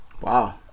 Wow